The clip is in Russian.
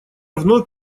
вновь